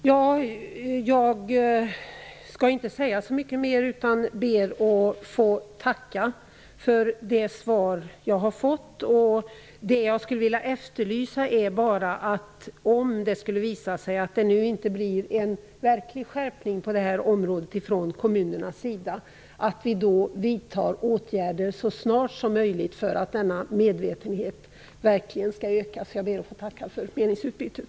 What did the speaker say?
Herr talman! Jag skall inte säga så mycket mera. Jag ber i stället att få tacka för det svar jag har fått. Om det skulle visa sig att det inte blir en verklig skärpning på det här området från kommunernas sida, efterlyser jag att vi skall vidta åtgärder så snabbt som möjligt för att medvetenheten verkligen skall öka. Jag ber att få tacka för meningsutbytet.